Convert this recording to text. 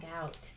out